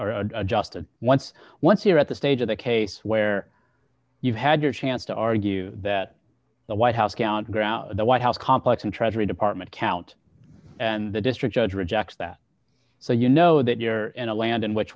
amended adjusted once once you're at the stage of the case where you've had your chance to argue that the white house count grout the white house complex and treasury department count and the district judge rejects that so you know that you're in a land in which